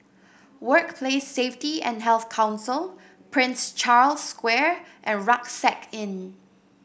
Workplace Safety and Health Council Prince Charles Square and Rucksack Inn